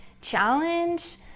challenge